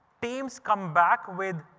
teams come back with